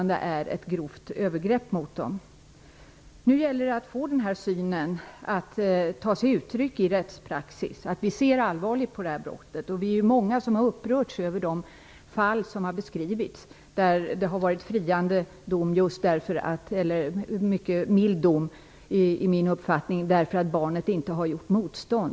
Det är positivt i många avseenden.